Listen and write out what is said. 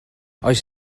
oes